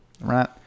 right